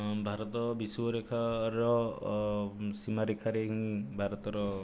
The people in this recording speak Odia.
ହଁ ଭାରତ ବିଶୁବ ରେଖାର ସୀମା ରେଖାରେ ହିଁ ଭାରତର